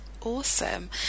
Awesome